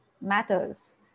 matters